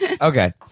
Okay